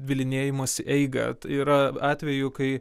bylinėjimosi eigą tai yra atvejų kai